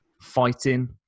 fighting